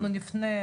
אנחנו נפנה,